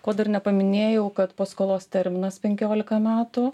ko dar nepaminėjau kad paskolos terminas penkiolika metų